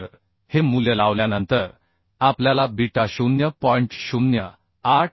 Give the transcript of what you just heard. तर हे मूल्य लावल्यानंतर आपल्याला बीटा 0